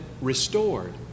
restored